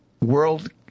world